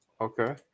Okay